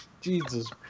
Jesus